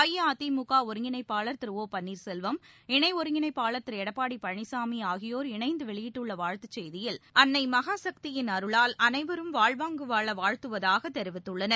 அஇஅதிமுக ஒருங்கிணைப்பாளர் திரு ஒ பள்ளீர்செல்வம் இணை ஒருங்கிணைப்பாளர் திரு எடப்பாடி பழனிசாமி ஆகியோர் இணைந்து வெளியிட்டுள்ள வாழ்த்துச் செய்தியில் அன்னை மகாசக்தியின் அருளால் அனைவரும் வாழ்வாங்கு வாழ வாழ்த்துவதாக தெரிவித்துள்ளனர்